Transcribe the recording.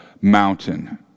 mountain